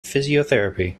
physiotherapy